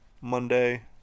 Monday